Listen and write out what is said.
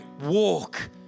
walk